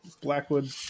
Blackwood